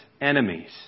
enemies